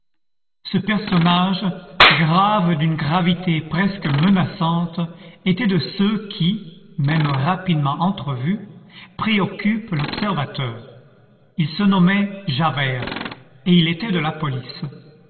ce personnage grave d'une gravité presque menaçante était de ceux qui même rapidement entrevus préoccupent l'observateur il se nommait javert et il était de la police